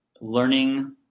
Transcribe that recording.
learning